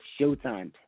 Showtime